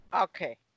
Okay